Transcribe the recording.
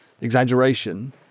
exaggeration